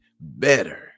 better